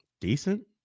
Decent